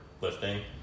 lifting